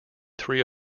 three